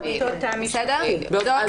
בסדר.